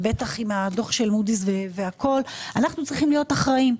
ובטח עם הדו"ח של Moody's והכל אנחנו צריכים להיות אחראיים.